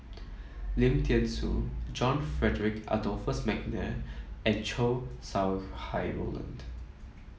Lim Thean Soo John Frederick Adolphus McNair and Chow Sau Hai Roland